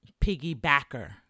piggybacker